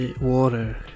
water